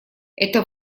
это